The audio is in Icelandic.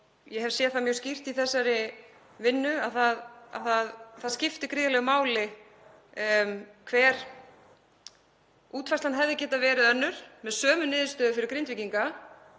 Ég hef séð það mjög skýrt í þessari vinnu að það skiptir gríðarlegu máli. Útfærslan hefði getað verið önnur með sömu niðurstöðu fyrir Grindvíkinga,